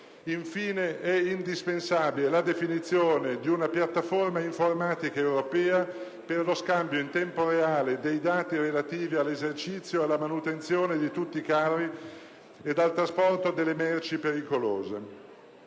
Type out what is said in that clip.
Infine, è indispensabile la definizione di una piattaforma informatica europea per lo scambio in tempo reale dei dati relativi all'esercizio e alla manutenzione di tutti i carri ed al trasporto delle merci pericolose.